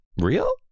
real